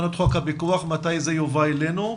תקנות חוק הפיקוח מתי זה יובא אלינו,